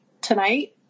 tonight